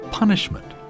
Punishment